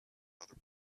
other